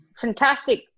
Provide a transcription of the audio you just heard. fantastic